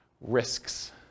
Risks